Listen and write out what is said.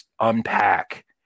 unpack